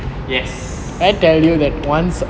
yes